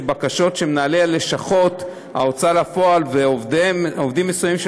בקשות שמנהלי לשכות ההוצאה לפועל ועובדים מסוימים של